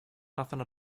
nothing